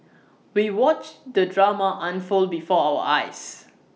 we watched the drama unfold before our eyes